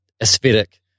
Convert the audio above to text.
aesthetic